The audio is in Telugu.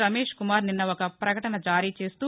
రమేష్కుమార్ నిన్న ఒక పకటన జారీ చేస్తూ